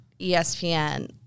ESPN